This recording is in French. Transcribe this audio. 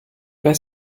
pas